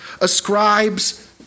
ascribes